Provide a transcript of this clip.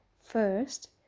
First